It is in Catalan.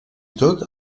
tot